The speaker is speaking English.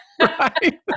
Right